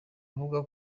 avuga